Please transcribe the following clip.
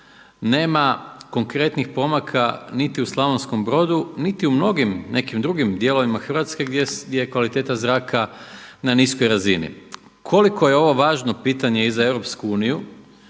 nema konkretnih pomaka niti u Slavonskom Brodu niti u mnogim nekim drugim dijelovima Hrvatske gdje je kvaliteta zraka na niskoj razini. Koliko je ovo važno pitanje i za EU i